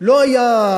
לא היה,